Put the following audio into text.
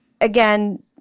again